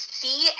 see